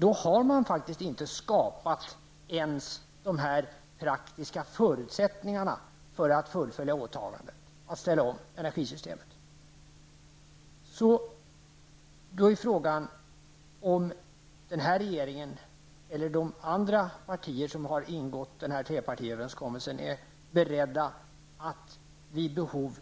Då har man inte skapat ens de praktiska förutsättningarna för att fullfölja åtagandet att ställa om energisystemet. Då är frågan om regeringen eller de partier som har ingått trepartiöverenskommelsen är beredda att vid behov